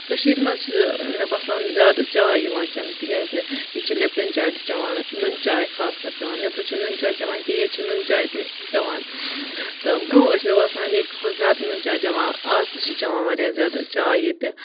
کٔشیٖر مَنٛز چھِ مےٚ باسان زیادٕ چاے یِوان چٮ۪نہٕ تکیازِ ییٚتہِ چھِ لپٹَن چاے تہِ چٮ۪وان نُن چاے خاص کر چٮ۪وان نیٚبرٕ چھِنہٕ نُن چاے چٮ۪وان کینٛہہ ییٚتہِ چھِ نُن چاے تہِ چٮ۪وان تہٕ برونٛہہ ٲسۍ مےٚ باسان ییٚتہِ کھۄتہ زیاد نُن چاے چٮ۪وان آز تہِ چھِ چٮ۪وان واریاہ زیادٕ چاے ییٚتہِ